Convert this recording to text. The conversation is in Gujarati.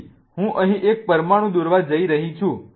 તેથી હું અહીં એક પરમાણુ દોરવા જઈ રહી છું